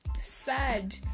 sad